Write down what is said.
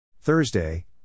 Thursday